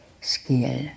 skill